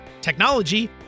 technology